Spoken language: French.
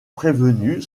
prévenu